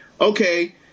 okay